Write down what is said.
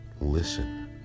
listen